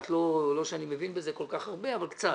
לא שאני מבין בזה כל כך הרבה אבל קצת.